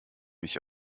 mich